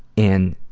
in